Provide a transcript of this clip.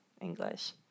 English